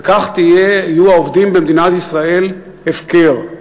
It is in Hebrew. וכך יהיו העובדים במדינת ישראל הפקר.